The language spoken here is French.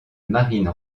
marine